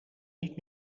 niet